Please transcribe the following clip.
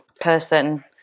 person